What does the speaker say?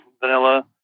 vanilla